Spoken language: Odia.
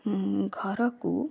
ଘରକୁ